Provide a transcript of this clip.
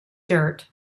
dirt